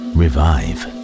revive